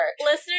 listeners